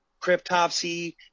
Cryptopsy